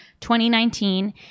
2019